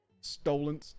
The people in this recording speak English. Stolen